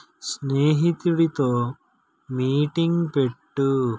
స్నేహితుడితో మీటింగ్ పెట్టు